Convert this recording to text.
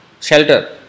shelter